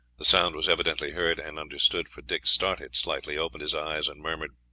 the sound was evidently heard and understood, for dick started slightly, opened his eyes and murmured,